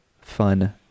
fun